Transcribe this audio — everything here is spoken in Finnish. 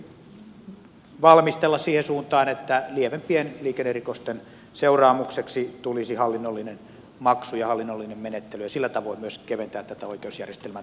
asiaa tulisikin valmistella siihen suuntaan että lievempien liikennerikosten seuraamukseksi tulisi hallinnollinen maksu ja hallinnollinen menettely ja sillä tavoin myös keventää tätä oikeusjärjestelmän taakkaa